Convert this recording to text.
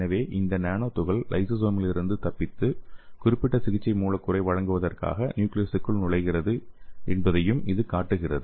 எனவே இந்த நானோ துகள் லைசோசோமில் இருந்து தப்பித்து குறிப்பிட்ட சிகிச்சை மூலக்கூறை வழங்குவதற்காக நியூக்லியஸுக்குள் நுழைகிறது என்பதையும் இது காட்டுகிறது